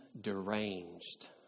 deranged